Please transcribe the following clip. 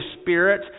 Spirit